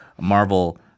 Marvel